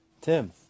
Tim